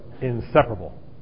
inseparable